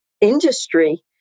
industry